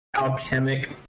alchemic